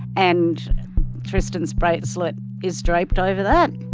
and tristan's bracelet is draped over that.